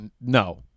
No